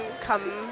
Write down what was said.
come